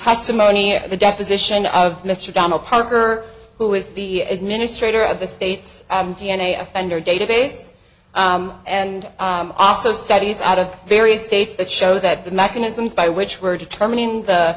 testimony at the deposition of mr donald parker who is the administrator of the state's d n a offender database and also studies out of various states that show that the mechanisms by which we're determining the